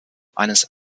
eines